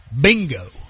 Bingo